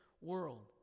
world